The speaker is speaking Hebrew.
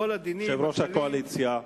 הדינים הכלליים יושב-ראש הקואליציה,